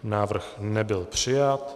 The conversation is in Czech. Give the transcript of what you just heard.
Návrh nebyl přijat.